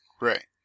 Right